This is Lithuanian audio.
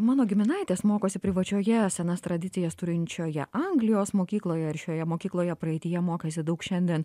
mano giminaitės mokosi privačioje senas tradicijas turinčioje anglijos mokykloje ir šioje mokykloje praeityje mokėsi daug šiandien